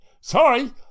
Sorry